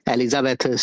Elizabeth